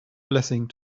blessing